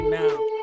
now